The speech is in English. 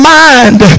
mind